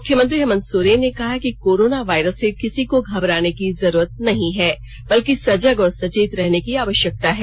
मुख्यमंत्री हेमंत सोरेन ने कहा है कि कोरोना वायरस से किसी को घबराने की जरूरत नहीं है बल्कि सजग और सचेत रहने की आवष्यकता है